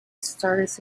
stars